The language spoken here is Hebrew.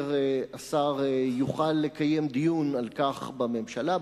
כאשר השר יוכל לקיים דיון על כך בממשלה.